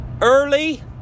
early